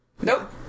Nope